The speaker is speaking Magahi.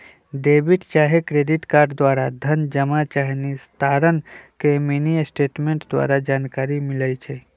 डेबिट चाहे क्रेडिट कार्ड द्वारा धन जमा चाहे निस्तारण के मिनीस्टेटमेंट द्वारा जानकारी मिलइ छै